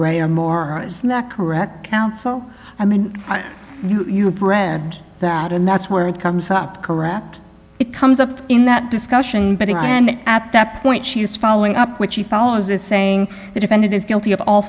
or more is that correct counsel i mean you have read that and that's where it comes up corrupt it comes up in that discussion and at that point she's following up what she follows is saying the defendant is guilty of all